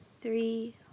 three